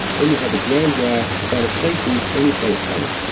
then we have a ground wire to provide a safe route for any fault current.